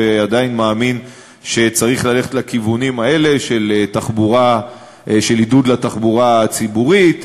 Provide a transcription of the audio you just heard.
ועדיין מאמין שצריך ללכת לכיוונים האלה של עידוד התחבורה הציבורית,